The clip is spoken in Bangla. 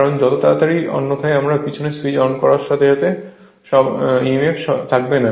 কারণ যত তাড়াতাড়ি অন্যথায় আমরা পিছনে সুইচ অন করার সাথে সাথেই emf থাকবে না